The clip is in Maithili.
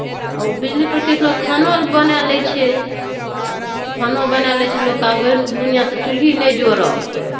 आ ओ बिजलीपर किछु लोक खानो बनाए लैत छै खानो बनाए लैत छै लोक आब ओहन दुनिआँ से चुल्हि नहि जोड़त